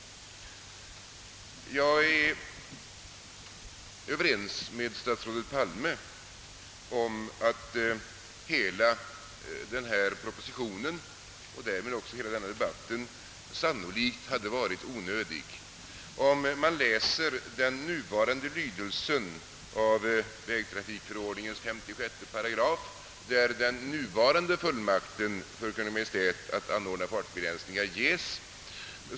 Jag är överens med statsrådet Palme om att hela denna proposition och därmed också hela denna debatt sannolikt hade varit onödig, om man läser den nuvarande lydelsen av 56 8 vägtrafikordningen, där den nuvarande fullmakten för Kungl. Maj:t att anordna fartbegränsningar ges.